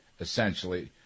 essentially